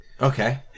Okay